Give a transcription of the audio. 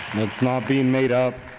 that's not being made up.